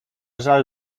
żal